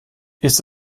ist